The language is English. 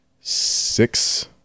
six